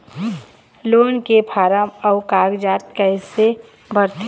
Loan के form अऊ कागजात कइसे भरथें?